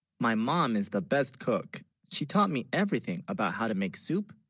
my, mom is the best cook, she taught me everything about how. to make soup,